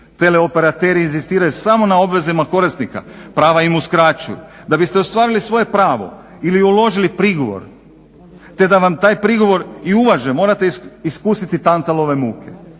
tele operateri inzistiraju samo na obvezama korisnika, prava im uskraćuju. Da biste ostvarili svoje pravo ili uložili prigovor te da vam taj prigovor i uvaže morate iskusiti tantalove muke,